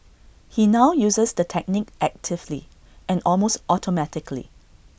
he now uses the technique actively and almost automatically